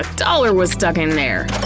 like dollar was stuck in there!